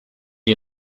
die